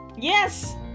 Yes